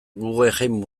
guggenheim